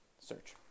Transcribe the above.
Search